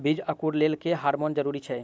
बीज अंकुरण लेल केँ हार्मोन जरूरी छै?